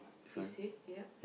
you see ya